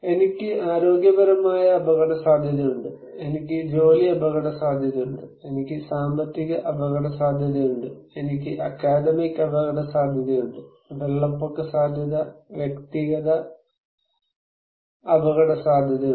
എനിക്ക് ആരോഗ്യപരമായ അപകടസാധ്യതയുണ്ട് എനിക്ക് ജോലി അപകടസാധ്യതയുണ്ട് എനിക്ക് സാമ്പത്തിക അപകടസാധ്യതയുണ്ട് എനിക്ക് അക്കാദമിക് അപകടസാധ്യതയുണ്ട് വെള്ളപ്പൊക്ക സാധ്യത വ്യക്തിഗത അപകടസാധ്യതയുണ്ട്